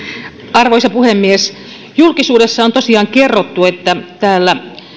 arvoisa puhemies julkisuudessa on tosiaan kerrottu että täällä